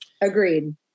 agreed